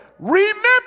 Remember